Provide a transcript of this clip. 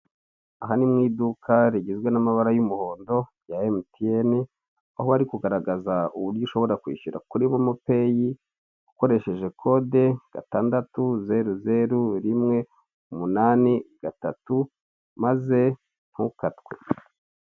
Aha ni mu iduka rigizwe n'amabara y'umuhondo, ya emutiyeni, aho bari kugaragaza uburyo ushobora kwishyura kuri momo peyi, ukoresheje kode: gatandatu, zeru, zeru, rimwe, umunani, gatatu, maze ntukatwe.